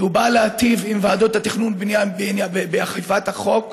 כי הוא נועד להיטיב עם ועדות התכנון והבנייה באכיפת החוק.